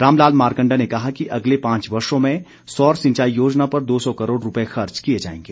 रामलाल मारकंडा ने कहा कि अगले पांच वर्षों में सौर सिंचाई योजना पर दो सौ करोड़ रूपए खर्च किए जाएंगे